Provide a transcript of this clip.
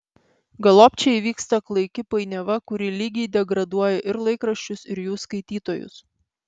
galop čia įvyksta klaiki painiava kuri lygiai degraduoja ir laikraščius ir jų skaitytojus